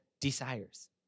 desires